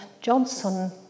Johnson